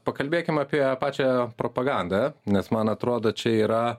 pakalbėkim apie pačią propagandą nes man atrodo čia yra